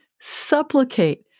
Supplicate